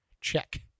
Check